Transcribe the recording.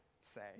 say